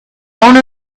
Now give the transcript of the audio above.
owner